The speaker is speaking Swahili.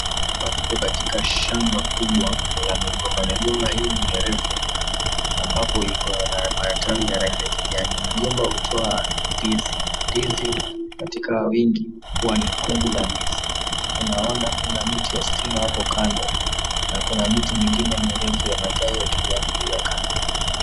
Hapa tuko katika shamba kubwa la migomba. Migomba hii ni mirefu ambapo iko na matawi ya rangi ya kijani. Migomba hutoa ndizi. Ndizi katika wingi huwa ni kungu la ndizi. Tunaona kuna miti ya stima hapo kando na kuna miti mingine mirefu ya matawi ya kijani pia kando.